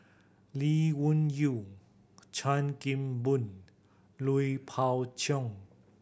Lee Wung Yew Chan Kim Boon and Lui Pao Chuen